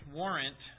warrant